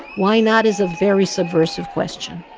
why not is a very subversive question.